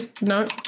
No